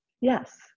Yes